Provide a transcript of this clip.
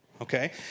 okay